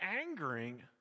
angering